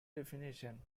definition